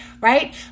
right